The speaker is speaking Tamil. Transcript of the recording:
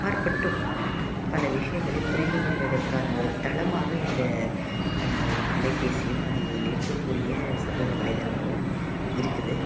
அப்பாற்பட்டும் பல விஷயங்களை புரிந்து கொள்வதற்கான ஓரு தளமாக இந்த அலைபேசியும் அதில் இருக்கக்கூடிய சமூக வலைதளங்களும் இருக்குது